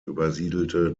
übersiedelte